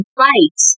fight